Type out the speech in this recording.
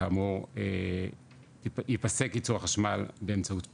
כאמור ייפסק ייצור החשמל באמצעות פחם.